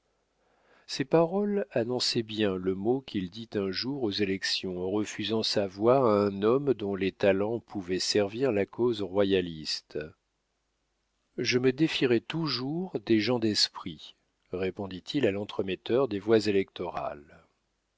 ces paroles annonçaient bien le mot qu'il dit un jour aux élections en refusant sa voix à un homme dont les talents pouvaient servir la cause royaliste je me défierai toujours des gens d'esprit répondit-il à l'entremetteur des voix électorales